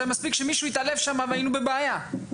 מספיק שמישהו היה מתעלף והיינו בבעיה.